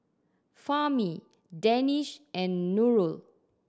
Fahmi Danish and Nurul